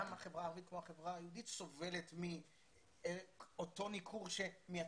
גם החברה הערבית כמו החברה היהודית סובלת מאותו ניכור שמייצר